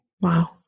Wow